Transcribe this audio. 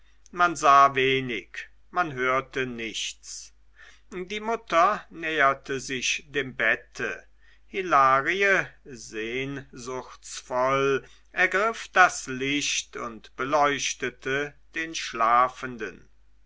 man sah wenig man hörte nichts die mutter näherte sich dem bette hilarie sehnsuchtsvoll ergriff das licht und beleuchtete den schlafenden